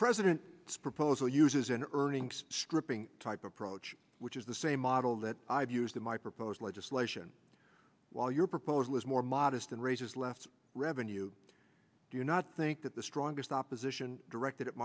president spoke poser uses an earnings stripping type approach which is the same model that i've used in my proposed legislation while your proposal is more modest and raises left revenue do you not think that the strongest opposition directed at